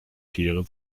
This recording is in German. tiere